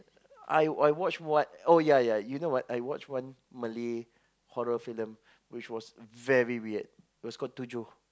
I I watch what oh ya ya you know what I watch one Malay horror film which was very weird it was called Tujuh